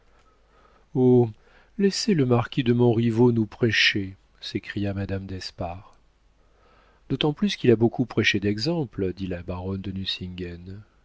laissez le marquis de montriveau nous prêcher s'écria madame d'espard d'autant plus qu'il a beaucoup prêché d'exemple dit la baronne de